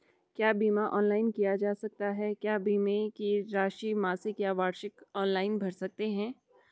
क्या बीमा ऑनलाइन किया जा सकता है क्या बीमे की राशि मासिक या वार्षिक ऑनलाइन भर सकते हैं?